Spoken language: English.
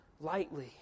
lightly